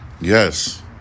Yes